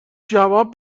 جواب